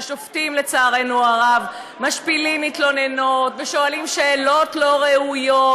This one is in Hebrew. ששופטים לצערנו הרב משפילים מתלוננות ושואלים שאלות לא ראויות,